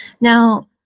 Now